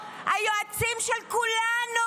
היועצים של כולנו,